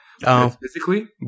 physically